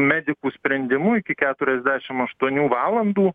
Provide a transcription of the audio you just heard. medikų sprendimu iki keturiasdešim aštuonių valandų